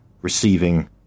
receiving